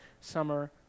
summer